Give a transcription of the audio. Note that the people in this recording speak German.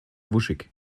wuschig